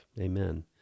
Amen